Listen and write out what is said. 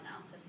else